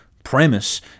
premise